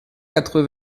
quatre